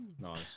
Nice